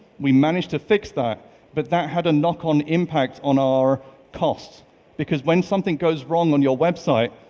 we managed to fix that but that had a knock-on impact on our costs because when something goes wrong on your website,